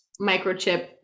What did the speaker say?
microchip